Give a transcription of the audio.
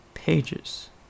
Pages